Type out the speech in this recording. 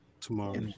tomorrow